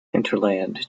hinterland